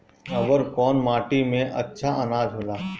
अवर कौन माटी मे अच्छा आनाज होला?